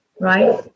Right